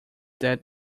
that